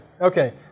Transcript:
Okay